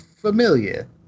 familiar